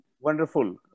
Wonderful